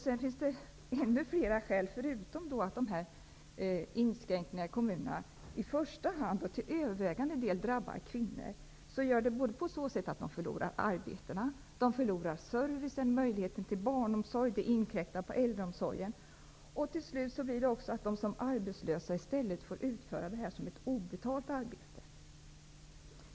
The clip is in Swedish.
Dessa inskränkningar i kommunerna drabbar i första hand och till övervägande delen kvinnor. Det innebär att kvinnorna förlorar arbeten, service, möjlighet till barnomsorg och att det inkräktar på äldreomsorgen. Till slut får de som är arbetslösa i stället utföra detta som ett obetalt arbete.